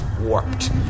warped